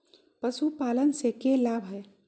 पशुपालन से के लाभ हय?